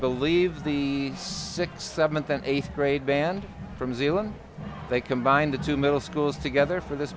believe the sixth seventh and eighth grade band from zealand they combine the two middle schools together for this